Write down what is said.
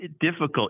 difficult